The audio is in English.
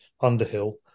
Underhill